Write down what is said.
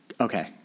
Okay